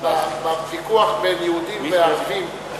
בוויכוח בין יהודים לערבים,